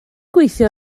gweithio